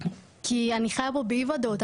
כי אני חייה פה באי וודאות,